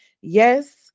Yes